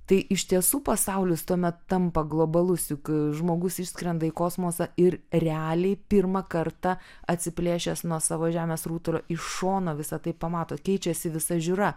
tai iš tiesų pasaulis tuomet tampa globalus juk žmogus išskrenda į kosmosą ir realiai pirmą kartą atsiplėšęs nuo savo žemės rutulio iš šono visa tai pamato keičiasi visa žiūra